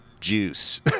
juice